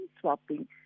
swapping